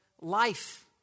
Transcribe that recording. life